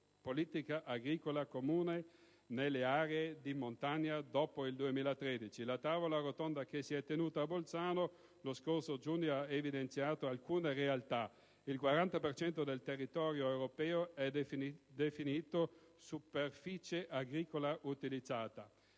politica agricola comune nelle aree di montagna dopo il 2013. La tavola rotonda che si è tenuta a Bolzano lo scorso giugno ha evidenziato alcune realtà: il 40 per cento del territorio europeo è definito superficie agricola utilizzata;